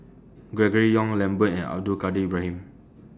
Gregory Yong Lambert and Abdul Kadir Ibrahim